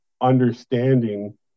understanding